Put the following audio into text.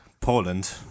Poland